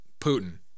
Putin